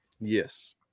Yes